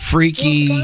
Freaky